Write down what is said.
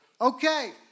Okay